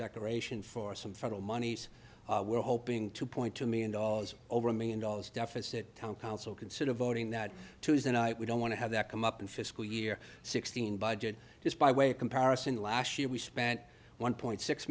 declaration for some federal monies we're hoping to point to me in dollars over a million dollars deficit town council consider voting that tuesday night we don't want to have that come up in fiscal year sixteen budget just by way of comparison last year we spent one point six